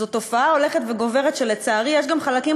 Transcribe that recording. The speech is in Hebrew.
זאת תופעה הולכת וגוברת שלצערי יש גם חלקים